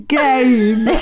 game